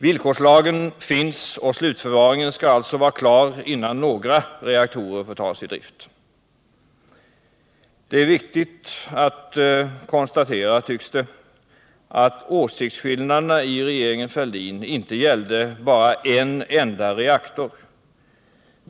Villkorslagen finns, och slutförvaringen skall alltså vara klar innan några reaktorer får tas i drift. Det tycks vara viktigt att konstatera att åsiktsskillnaderna inom regeringen Fälldin inte gällde en enda reaktor.